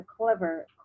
clever